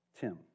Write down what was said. Tim